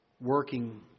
working